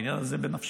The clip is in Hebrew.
שהעניין הזה בנפשם.